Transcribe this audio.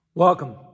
Welcome